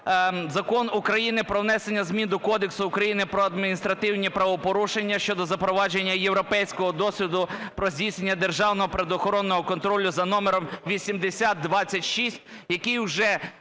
Закон України про внесення змін до Кодексу України про адміністративні правопорушення (щодо запровадження європейського досвіду про здійснення державного природоохоронного контролю) за номером 8026, який вже